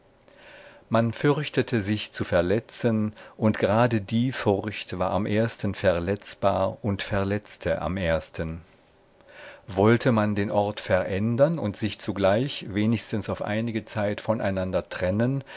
man fürchtete sich zu verletzen und gerade die furcht war am ersten verletzbar und verletzte am ersten wollte man den ort verändern und sich zugleich wenigstens auf einige zeit voneinander trennen